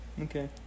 Okay